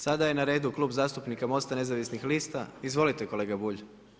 Sada je na redu Klub zastupnika MOST-a nezavisnih lista, izvolite kolega Bulj.